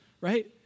right